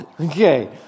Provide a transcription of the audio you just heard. Okay